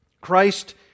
Christ